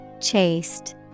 Chaste